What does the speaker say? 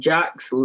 Jack's